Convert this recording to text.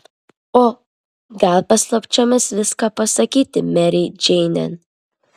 o gal paslapčiomis viską pasakyti merei džeinei